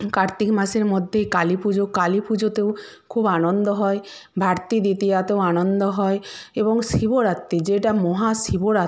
কার্তিক মাসের মধ্যে কালী পুজো কালী পুজোতেও খুব আনন্দ হয় ভ্রাতৃ দ্বিতীয়াতেও আনন্দ হয় এবং শিবরাত্রি যেটা মহা শিবরাত্রি